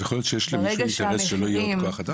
אז יכול להיות שיש למישהו אינטרס שלא יהיה עוד כוח אדם?